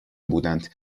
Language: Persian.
بودند